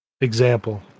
Example